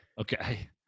Okay